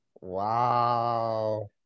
Wow